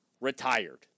retired